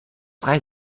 drei